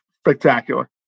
spectacular